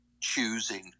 choosing